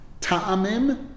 Ta'amim